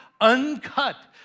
uncut